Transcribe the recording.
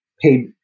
paid